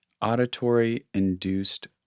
auditory-induced